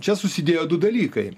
čia susidėjo du dalykai